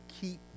keep